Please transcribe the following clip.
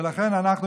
לכן אנחנו,